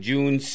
June